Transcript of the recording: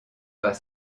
pas